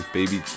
Baby